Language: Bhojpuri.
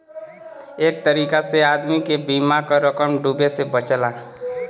एक तरीका से आदमी के बीमा क रकम डूबे से बचला